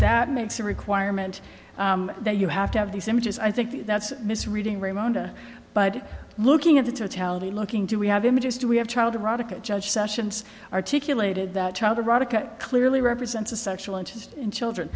that makes the requirement that you have to have these images i think that's misreading ramona but looking at the totality looking do we have images do we have child erotica judge sessions articulated that child erotica clearly represents a sexual interest in children